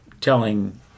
telling